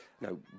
No